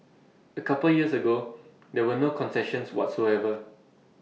A couple years ago there were no concessions whatsoever